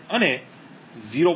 5 અને 0